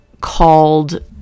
called